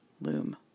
loom